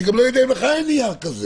אני גם לא יודע אם לך אין נייר כזה,